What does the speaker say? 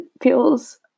feels